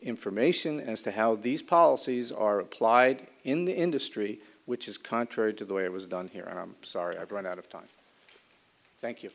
information as to how these policies are applied in the industry which is contrary to the way it was done here and i'm sorry i've run out of time thank you